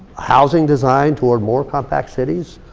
housing design toward more compact cities.